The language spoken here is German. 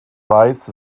weiss